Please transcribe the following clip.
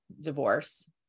divorce